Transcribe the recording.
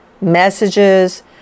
messages